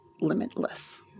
limitless